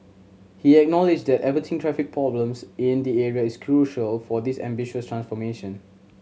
he acknowledged that averting traffic problems in the area is crucial for this ambitious transformation